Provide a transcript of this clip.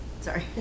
sorry